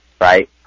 Right